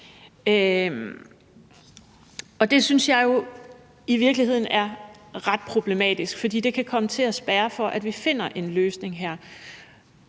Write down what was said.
sig. Det synes jeg jo i virkeligheden er ret problematisk, for det kan komme til at spærre for, at vi finder en løsning her.